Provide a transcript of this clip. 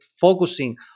focusing